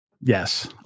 yes